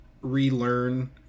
relearn